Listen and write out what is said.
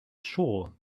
sure